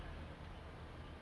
oh